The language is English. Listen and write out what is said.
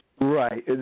Right